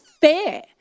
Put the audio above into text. fair